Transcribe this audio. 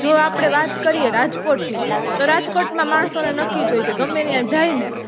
જો આપણે વાત કરીએ રાજકોટની તો રાજકોટમાં માણસોને નક્કી જ હોય કે ગમે ત્યાં જાય ને